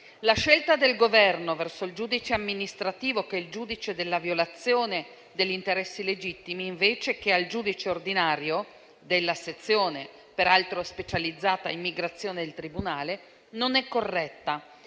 La scelta del Governo verso il giudice amministrativo, che è il giudice della violazione degli interessi legittimi, invece che al giudice ordinario della sezione peraltro specializzata in materia di immigrazione del tribunale, non è corretta.